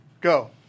Go